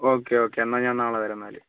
okay okay എന്നാൽ ഞാൻ നാളെ വരാം എന്നാൽ